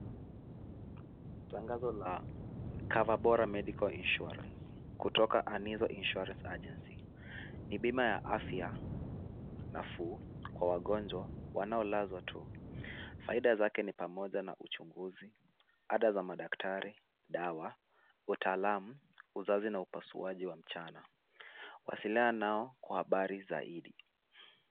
Tangazo la Cover Bora Medical Insurance , kutoka Anizo Insurance Agency, ni bima ya afya nafuu, kwa wagonjwa wanaolazwa tu. Faida zake ni pamoja na uchunguzi, ada za madaktari, dawa, utaalamu, uzazi na upasuaji wa mchana. Wasiliana nao kwa habari zaidi.